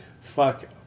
fuck